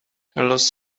los